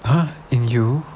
!huh! in you